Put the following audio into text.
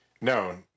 No